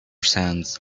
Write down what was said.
sands